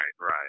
right